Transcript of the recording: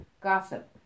Gossip